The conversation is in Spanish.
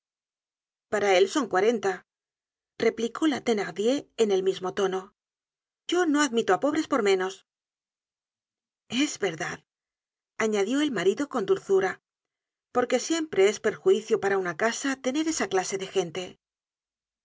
para él son cuarenta replicó la thenardier en el mismo tono yo no admito á pobres por menos es verdad añadió el marido con dulzura porque siempre es perjuicio para una casa tener esa clase de gente